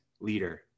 leader